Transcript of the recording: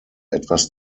etwas